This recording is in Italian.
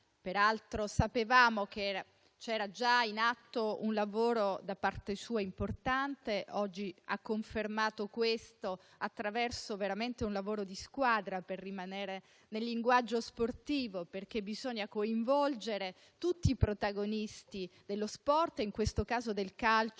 Peraltro, sapevamo che c'era già in atto un importante lavoro da parte sua. Oggi lo ha confermato attraverso un vero lavoro di squadra - per rimanere nel linguaggio sportivo - perché bisogna coinvolgere tutti i protagonisti dello sport, in questo caso del calcio